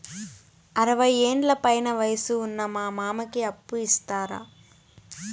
అరవయ్యేండ్ల పైన వయసు ఉన్న మా మామకి అప్పు ఇస్తారా